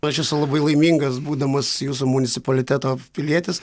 aš esu labai laimingas būdamas jūsų municipaliteto pilietis